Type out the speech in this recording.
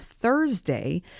Thursday